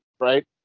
Right